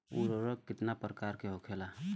उर्वरक कितना प्रकार के होखेला?